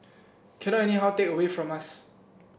cannot anyhow take away from us